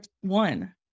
one